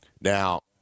Now